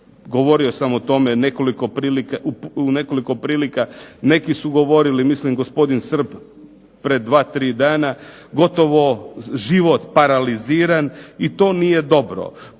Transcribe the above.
govorio sam o tome u nekoliko prilika, neki su govorili, mislim gospodin Srb pred dva, tri dana, gotovo život paraliziran i to nije dobro.